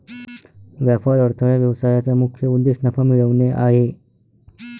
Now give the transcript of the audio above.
व्यापार अडथळा व्यवसायाचा मुख्य उद्देश नफा मिळवणे आहे